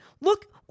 look